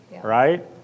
right